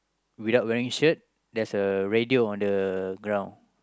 without wearing shirt there's a radio on the ground